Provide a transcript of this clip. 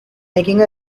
making